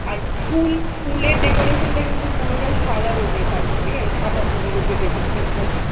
আর ফুল ফুলের ডেকোরেশানটা কিন্তু পুরোটা সাদার উপরে থাকবে ঠিক আছে সাদা ফুলের উপরে ডেকোরেশান থাকবে